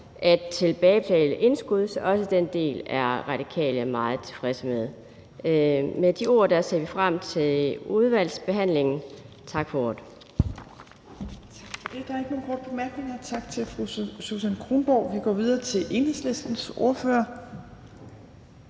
at tilbagebetale indskud, så også den del er Radikale meget tilfreds med. Med de ord ser vi frem til udvalgsbehandlingen. Tak for ordet.